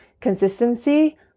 consistency